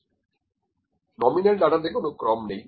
nominal ডাটাতে কোন ক্রম নেই